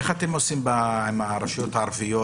איך אתם עושים עם הרשויות הערביות?